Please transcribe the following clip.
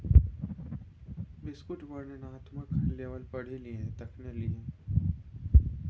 बिस्कुटक वर्णनात्मक लेबल पढ़ि लिहें तखने लिहें